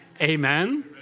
Amen